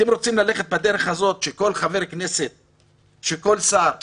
אתם רוצים ללכת בדרך הזאת, שכל שר יתפטר,